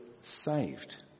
saved